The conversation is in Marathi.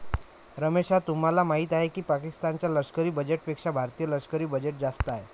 रमेश तुम्हाला माहिती आहे की पाकिस्तान च्या लष्करी बजेटपेक्षा भारतीय लष्करी बजेट जास्त आहे